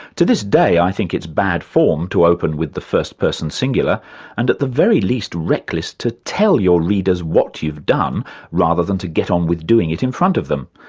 to this day, i think it's bad form to open with the first person singular and at the very least reckless to tell your readers what you've done rather than to get on with doing it in front of them.